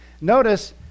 Notice